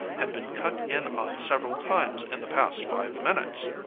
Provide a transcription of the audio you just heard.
had been cut in on several times in the past five minutes.